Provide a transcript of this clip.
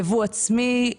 ייבוא עצמי,